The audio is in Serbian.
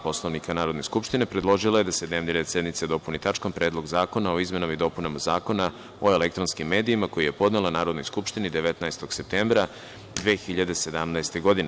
Poslovnika Narodne skupštine, predložila je da se dnevni red sednice dopuni tačkom - Predlog zakona o izmenama i dopunama Zakona o elektronskim medijima koji je podnela Narodnoj skupštini 19. septembra 2017. godine.